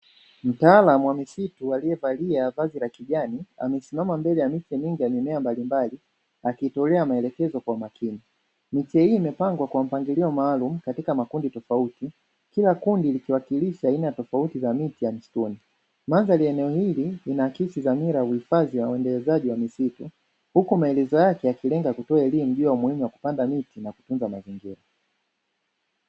Mtaalamu wa misitu aliyevalia vazi la kijani amesimama mbele ya miche mingi ya mimea mbalimbali, akitolea maelekezo kwa makini. Miche hii imepangwa kwa mpangilio maalumu katika makundi tofauti, kila kundi likiwakilisha aina tofauti za miti ya msituni. Mandhari ya eneo hili linaakisi dhamira ya uhifadhi wa uendelezaji wa misitu, huku maelezo yake yakilenga kutoa elimu hiyo muhimu ya kupanda miti na kutunza mazingira.